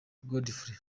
godfrey